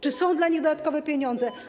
Czy są dla nich dodatkowe pieniądze?